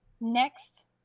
next